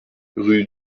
rue